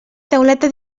tauleta